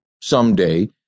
someday